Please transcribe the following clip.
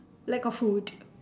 lack of food